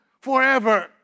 forever